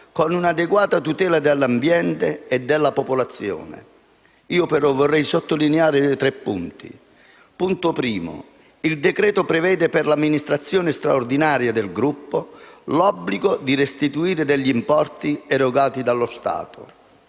con un'adeguata tutela dell'ambiente e della popolazione. Io, però, vorrei sottolineare tre punti. Per quanto riguarda il primo, il decreto-legge prevede per l'amministrazione straordinaria del Gruppo l'obbligo di restituire degli importi erogati dallo Stato.